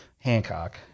Hancock